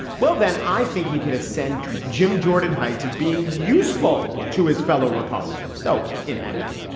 well then i think he could ascend to jim jordan heights of being useful to his fellow republicans though in accurate.